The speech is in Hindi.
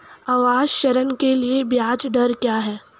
आवास ऋण के लिए ब्याज दर क्या हैं?